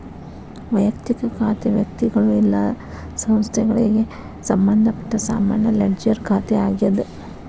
ವಯಕ್ತಿಕ ಖಾತೆ ವ್ಯಕ್ತಿಗಳು ಇಲ್ಲಾ ಸಂಸ್ಥೆಗಳಿಗೆ ಸಂಬಂಧಪಟ್ಟ ಸಾಮಾನ್ಯ ಲೆಡ್ಜರ್ ಖಾತೆ ಆಗ್ಯಾದ